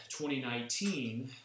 2019